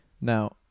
Now